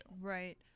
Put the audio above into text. Right